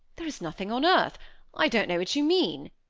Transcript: there is nothing on earth i don't know what you mean,